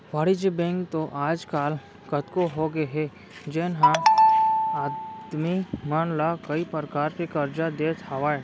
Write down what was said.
वाणिज्य बेंक तो आज काल कतको होगे हे जेन ह आदमी मन ला कई परकार के करजा देत हावय